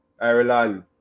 Ireland